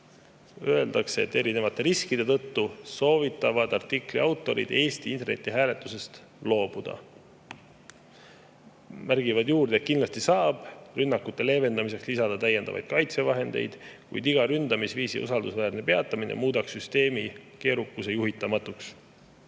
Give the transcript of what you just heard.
veel. Nimelt, erinevate riskide tõttu soovitavad artikli autorid Eestil internetihääletusest loobuda. Nad märgivad juurde, et kindlasti saab rünnakute leevendamiseks lisada täiendavaid kaitsevahendeid, kuid iga ründamisviisi usaldusväärne peatamine muudaks süsteemi keerukuse juhitamatuks.